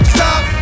Stop